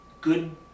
good